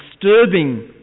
disturbing